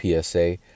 PSA